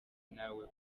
nawe